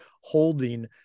holding